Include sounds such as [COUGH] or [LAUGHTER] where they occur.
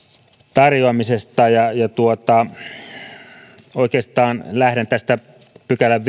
tarjoamisesta ja ja oikeastaan lähden tästä viidennen pykälän [UNINTELLIGIBLE]